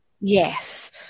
Yes